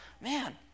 man